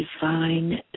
divine